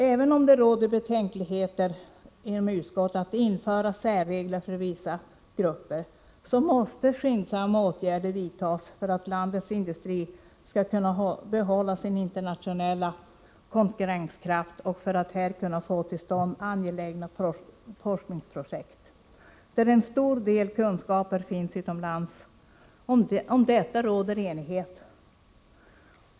Även om det råder betänkligheter inom utskottet mot att införa särregler för vissa grupper, måste skyndsamma åtgärder vidtas för att landets industri skall kunna behålla sin internationella konkurrenskraft, och för att man här skall kunna få till stånd angelägna forskningsprojekt på områden där omfattande kunskaper finns utomlands. Om detta råder enighet.